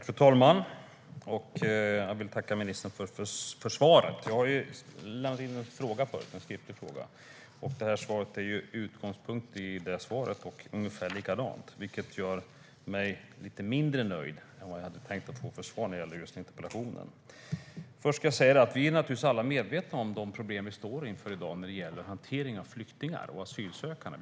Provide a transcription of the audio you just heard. Fru talman! Jag vill tacka ministern för svaret. Jag har tidigare lämnat in en skriftlig fråga om detta, och ministerns svar nu tar sin utgångspunkt i svaret på den frågan och låter ungefär likadant. Det gör mig lite mindre nöjd med svaret på interpellationen än jag hade hoppats vara. Först ska jag säga att vi naturligtvis alla är medvetna om de problem vi står inför i dag när det gäller hanteringen av flyktingar och asylsökande.